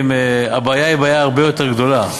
הבעיה היא הרבה יותר גדולה,